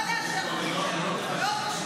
לא נאשר חוקים שלך.